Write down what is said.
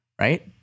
right